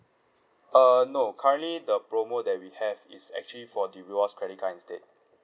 uh no currently the promo that we have is actually for the rewards credit card instead